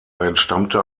entstammte